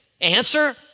answer